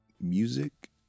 music